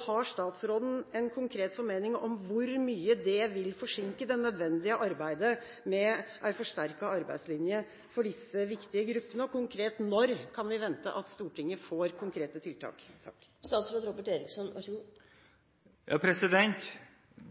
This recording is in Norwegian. Har statsråden en formening om hvor mye dette vil forsinke det nødvendige arbeidet med en forsterket arbeidslinje for disse viktige gruppene? Konkret: Når kan vi vente at Stortinget får konkrete tiltak?